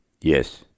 Yes